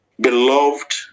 Beloved